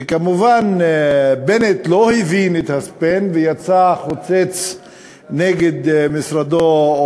וכמובן בנט לא הבין את הספין ויצא חוצץ נגד משרדו,